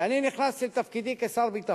כשאני נכנסתי לתפקידי כשר הביטחון,